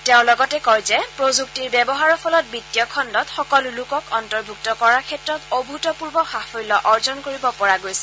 তেওঁ লগতে কয় যে প্ৰযুক্তিৰ ব্যৱহাৰৰ ফলত বিত্তীয় খণ্ডত সকলো লোকক অন্তৰ্ভুক্ত কৰাৰ ক্ষেত্ৰত অভূতপূৰ্ব সাফল্য অৰ্জন কৰিব পৰা গৈছে